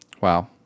Wow